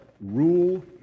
rule